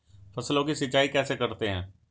फसलों की सिंचाई कैसे करते हैं?